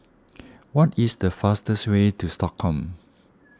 what is the fastest way to Stockholm